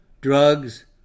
drugs